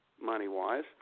money-wise